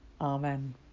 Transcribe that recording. Amen